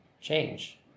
change